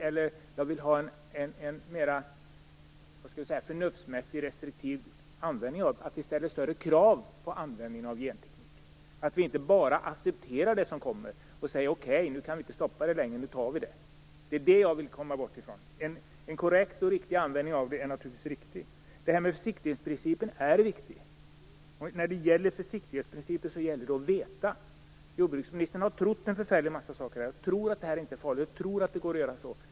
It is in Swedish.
Men jag vill ha en mer förnuftsmässig restriktiv användning och att vi ställer större krav på användning av genteknik. Vi skall inte bara acceptera det som kommer och säga: Okej, nu kan vi inte stoppa det längre, utan nu tar vi det. Det vill jag komma bort ifrån. En korrekt användning är naturligtvis riktig. Försiktighetsprincipen är viktig. När det gäller försiktighetsprincipen gäller det att veta. Jordbruksministern har trott en förfärlig massa saker här: Jag tror att det här inte är farligt, och jag tror att det går att göra så.